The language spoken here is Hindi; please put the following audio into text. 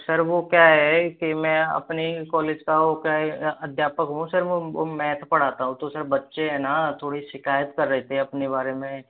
सर वह क्या है कि मैं अपने ही कॉलेज का वह क्या है अध्यापक हूँ सर वह वह मैथ पढ़ता हूँ तो सर बच्चे है न थोड़ी शिकायत कर रहे थे अपने बारे में